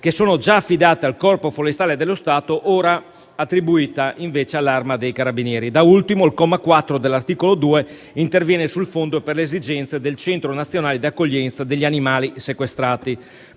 che sono già affidate al Corpo forestale dello Stato, ora attribuite invece all'Arma dei carabinieri. Da ultimo, il comma 4 dell'articolo 5 interviene sul Fondo per le esigenze del Centro nazionale di accoglienza degli animali sequestrati.